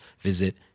visit